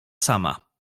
sama